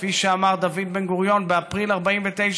כפי שאמר דוד בן-גוריון באפריל 1949,